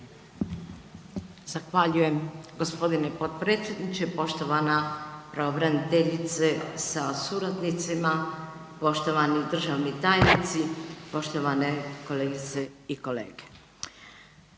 Zahvaljujem g. potpredsjedniče, poštovana pravobraniteljice sa suradnicima, poštovani državni tajnici, poštovane kolegice i kolege.